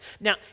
Now